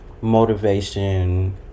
motivation